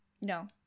No